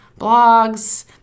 blogs